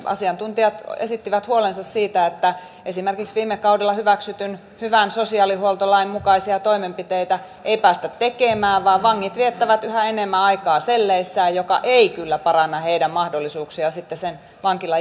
asiantuntijat esittivät huolensa siitä että esimerkiksi viime kaudella hyväksytyn hyvän sosiaalihuoltolain mukaisia toimenpiteitä ei päästä tekemään vaan vangit viettävät yhä enemmän aikaa selleissään mikä ei kyllä paranna heidän mahdollisuuksiaan sitten sen vankilan jälkeisessä elämässä